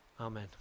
Amen